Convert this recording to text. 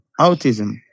autism